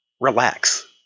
relax